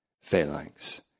Phalanx